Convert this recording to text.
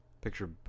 Picture